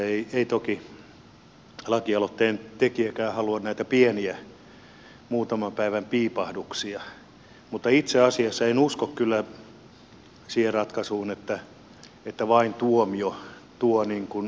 ei toki lakialoitteen tekijäkään halua näitä pieniä muutaman päivän piipahduksia mutta itse asiassa en usko kyllä siihen ratkaisuun että vain tuomio tervehdyttää